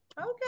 okay